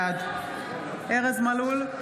בעד ארז מלול,